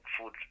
food